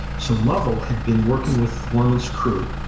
so lovell had been working with borman's crew,